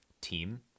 team-